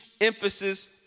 emphasis